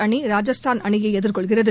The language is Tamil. அணி ராஜஸ்தான் அணியை எதிர்கொள்கிறது